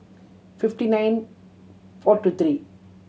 fifty nine four two three